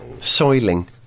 soiling